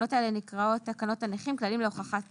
התקנות האלה נקראות תקנות הנכים (כללים להוכחת